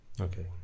Okay